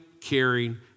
caring